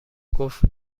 گفت